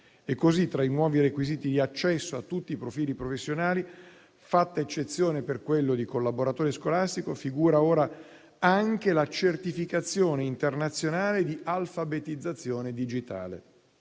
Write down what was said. Così, tra i nuovi requisiti di accesso a tutti i profili professionali, fatta eccezione per quello di collaboratore scolastico, figura ora anche la certificazione internazionale di alfabetizzazione digitale.